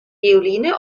violine